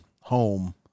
home